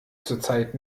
zurzeit